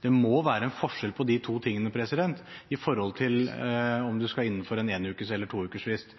Det må være en forskjell på de to tingene med hensyn til om det skal være en én ukes frist eller en to ukers frist.